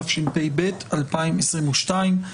תשפ"ב-2022.